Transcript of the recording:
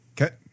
Okay